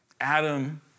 Adam